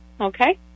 Okay